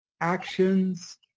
actions